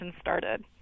started